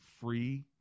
free